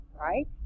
right